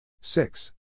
Six